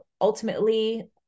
ultimately